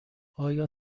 آیا